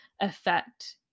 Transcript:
affect